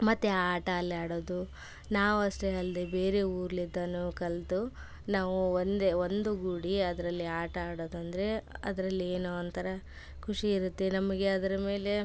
ಮತ್ತು ಆ ಆಟ ಅಲ್ಲಿ ಆಡೋದು ನಾವಷ್ಟೇ ಅಲ್ಲದೆ ಬೇರೆ ಊರ್ಲಿದ್ದನು ಕಲಿತು ನಾವು ಒಂದೇ ಒಂದುಗೂಡಿ ಅದರಲ್ಲಿ ಆಟ ಆಡೋದಂದರೆ ಅದರಲ್ಲಿ ಏನೋ ಒಂಥರ ಖುಷಿ ಇರುತ್ತೆ ನಮಗೆ ಅದ್ರ ಮೇಲೆ